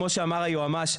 כמו שאמר שיועמ"ש,